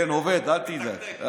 כן, עובד, אל תדאג.